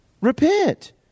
Repent